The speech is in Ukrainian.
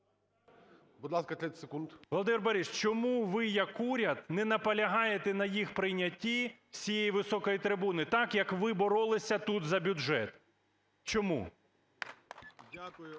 Володимир Борисович, чому ви як уряд не наполягаєте на їх прийнятті з цієї високої трибуни, так, як ви боролися тут за бюджет? Чому?